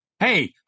Hey